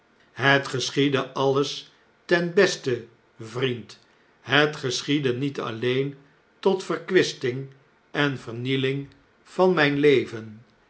het geschiedde alles ten beste vriend het geschiedde niet alleen tot verkwisting en vernieling van mjjn leven